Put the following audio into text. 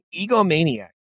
egomaniac